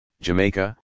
Jamaica